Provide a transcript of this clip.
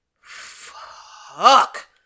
Fuck